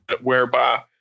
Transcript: whereby